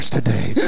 today